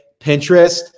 Pinterest